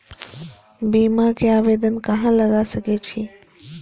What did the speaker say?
बीमा के आवेदन कहाँ लगा सके छी?